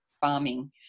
farming